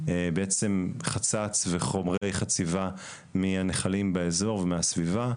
בעצם חצץ וחומרי חציבה מהנחלים באזור ובסביבה,